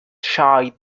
shy